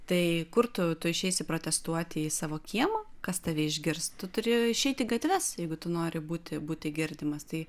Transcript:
tai kur tu tu išeisi protestuoti į savo kiemą kas tave išgirs tu turi išeiti į gatves jeigu tu nori būti būti girdimas tai